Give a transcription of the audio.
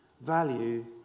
value